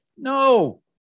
No